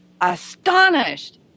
astonished